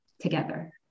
together